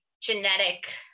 genetic